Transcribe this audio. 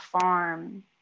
farm